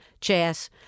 Chas